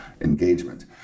engagement